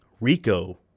Rico